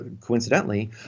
coincidentally